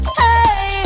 hey